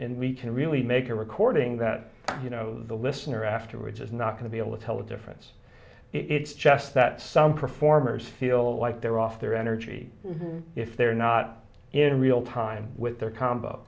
me can really make a recording that you know the listener afterwards is not going to be able to tell the difference it's just that some performers feel like they're off their energy if they're not in real time with their combo